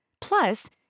Plus